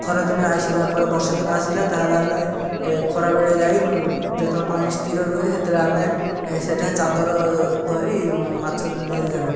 ଖରାଦିନେ ଆସିଲା ପରେ ବର୍ଷାଦିନ ଆସିଲା ତାହେଲେ ଆମେ ଖରାବେଳେ ଯାଇ ଯେତେବେଳେ ପାଣି ସ୍ଥିର ରୁହେ ସେତେବେଳେ ଆମେ ସେଇଟା ଚାଦର ଧରି ମାଛ ଧରିଥାଉ